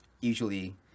usually